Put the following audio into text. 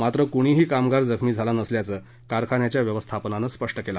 मात्र कुणीही कामगार जखमी झाला नसल्याचं कारखान्याच्या व्यवस्थापनानं स्पष्ट केलं